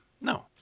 No